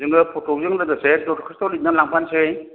जोङो फट'जों लोगोसे दरखास्त' लिरनानै लांफानोसै